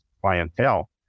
clientele